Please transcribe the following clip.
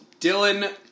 Dylan